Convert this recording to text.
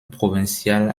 provinciale